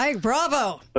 Bravo